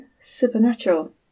supernatural